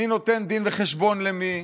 מי נותן דין וחשבון למי,